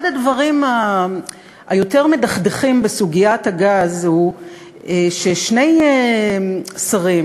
אחד הדברים היותר-מדכדכים בסוגיית הגז הוא ששני שרים